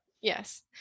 Yes